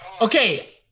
Okay